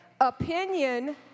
Opinion